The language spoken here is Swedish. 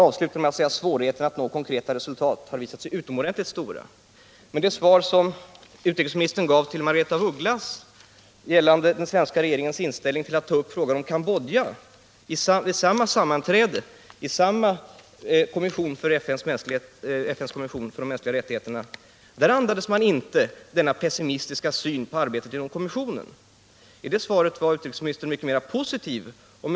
Svaret slutar med följande mening: ”Svårigheterna att nå konkreta resultat har dock visat sig utomordentligt stora.” Men i det svar som utrikesministern gav till Margaretha af Ugglas gällande den svenska regeringens inställning till möjligheterna att ta upp frågan om Cambodja vid samma sammanträde i FN:s mänskliga rättighetskommission återfanns inte denna pessimistiska syn på arbetet inom kommissionen. I det svaret var utrikesministern betydligt mera positiv.